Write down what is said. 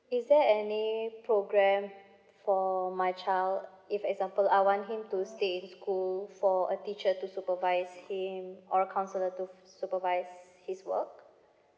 is there any program for my child if example I want him to stay in school for a teacher to supervise him or counsellor to supervise his work